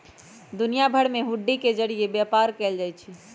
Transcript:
दुनिया भर में हुंडी के जरिये व्यापार कएल जाई छई